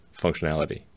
functionality